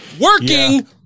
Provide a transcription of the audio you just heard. working